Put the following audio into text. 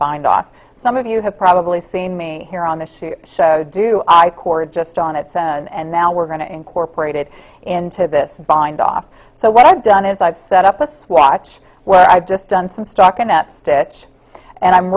bindoff some of you have probably seen me here on the shoe do i cord just on it and now we're going to incorporate it into this bindoff so what i've done is i've set up a swatch where i've just done some stock in that stitch and i'm